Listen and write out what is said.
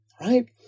right